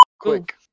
quick